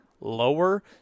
lower